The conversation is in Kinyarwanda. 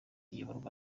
iyoborwa